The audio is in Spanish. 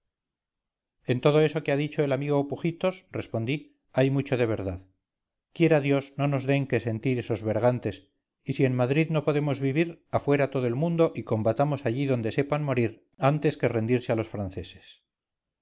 en todo eso que ha dicho el amigo pujitos respondí hay mucho de verdad quiera dios no nos den que sentir esos bergantes y si en madrid no podemos vivir afuera todo el mundo y combatamos allí donde sepan morir antes que rendirse a los franceses